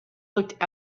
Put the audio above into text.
looked